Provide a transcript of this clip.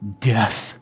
Death